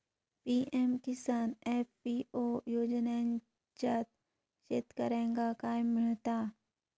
PM Kisan FPO योजनाच्यात शेतकऱ्यांका काय मिळता?